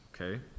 okay